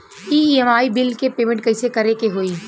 EMI bill के payment कइसे करे के होई?